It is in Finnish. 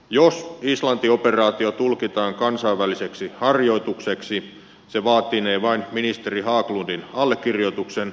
jos islanti operaatio tulkitaan kansainväliseksi harjoitukseksi se vaatinee vain ministeri haglundin allekirjoituksen